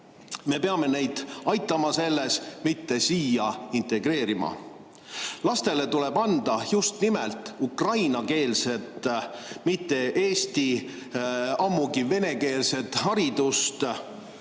Me peame aitama neid selles, mitte neid siia integreerima. Lastele tuleb anda just nimelt ukrainakeelset, mitte eesti-, ammugi mitte venekeelset haridust.